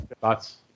thoughts